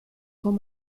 con